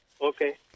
Okay